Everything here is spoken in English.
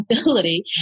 ability